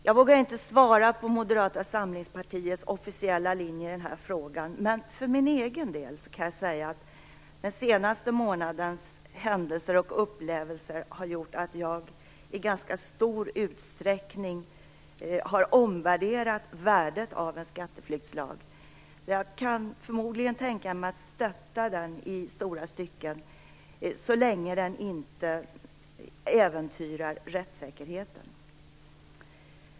Jag vågar inte svara för Moderata samlingspartiets officiella linje i den här frågan, men för min egen del kan jag säga att den senaste månadens händelser har gjort att jag i ganska stor utsträckning har omvärderat värdet av en skatteflyktslag. Jag kan förmodligen tänka mig att stötta en sådan i stora stycken så länge som den inte äventyrar rättssäkerheten.